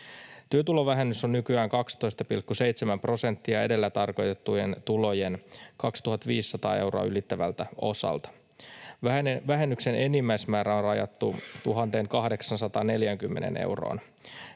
Työtulovähennys on nykyään 12,7 prosenttia edellä tarkoitettujen tulojen 2 500 euroa ylittävältä osalta. Vähennyksen enimmäismäärä on rajattu 1 840 euroon.